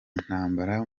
ntambara